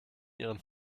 ihren